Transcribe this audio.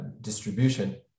distribution